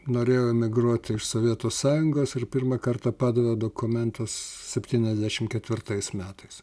norėjau emigruoti iš sovietų sąjungos ir pirmą kartą padaviau dokumentus septyniasdešimt ketvirtais metais